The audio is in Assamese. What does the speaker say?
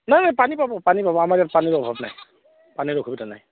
নাই পানী পাব পানী পাব আমাৰ ইয়াত পানীৰ অভাৱ নাই পানীৰ অসুবিধা নাই